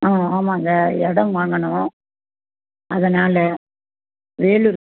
ஆ ஆமாங்க இடம் வாங்கணும் அதனால் வேலூர்